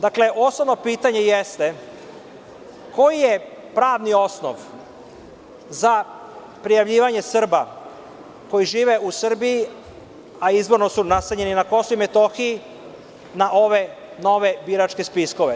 Dakle, osnovno pitanje jeste - koji je pravni osnov za prijavljivanje Srba koji žive u Srbiji, a izvorno su nastanjeni na Kosovu i Metohiji, na ove biračke spiskove?